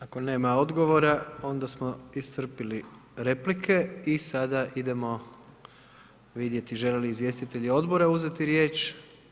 Ako nema odgovora, onda smo iscrpili replike, i sada idemo vidjeti, želi li izvjestitelj odbora uzeti riječ?